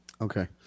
Okay